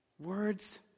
Words